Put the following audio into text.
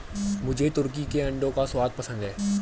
मुझे तुर्की के अंडों का स्वाद पसंद है